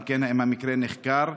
2. אם כן, האם המקרה נחקר?